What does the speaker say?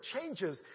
changes